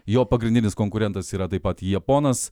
jo pagrindinis konkurentas yra taip pat japonas